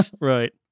Right